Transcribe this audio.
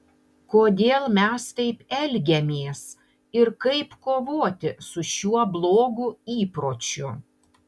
kodėl mes taip elgiamės ir kaip kovoti su šiuo blogu įpročiu